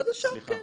חדשה, כן.